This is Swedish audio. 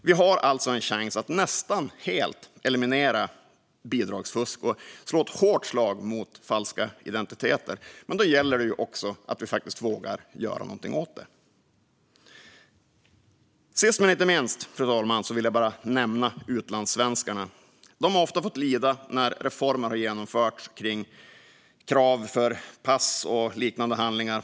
Vi har alltså en chans att nästan helt eliminera bidragsfusket och slå ett hårt slag mot falska identiteter. Men då gäller det att vi faktiskt vågar göra någonting åt detta. Sist men inte minst, fru talman, vill jag nämna utlandssvenskarna. De har ofta fått lida när det genomförts reformer gällande krav för pass och liknande handlingar.